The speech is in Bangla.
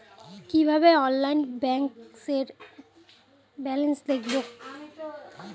কিভাবে অনলাইনে একাউন্ট ব্যালেন্স দেখবো?